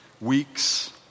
weeks